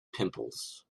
pimples